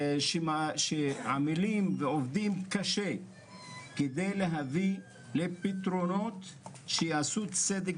שעמלים ועובדים קשה כדי להביא לפתרונות שיעשו צדק